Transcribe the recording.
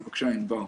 בבקשה ענבר.